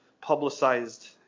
publicized